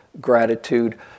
gratitude